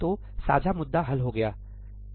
तो साझा मुद्दा हल हो गया है